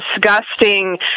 disgusting